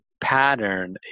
pattern